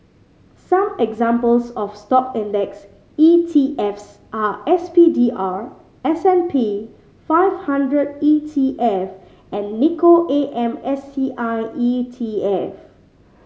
some examples of Stock index ETFs are S P D R S and P five hundred E T F and Nikko A M S T I E T F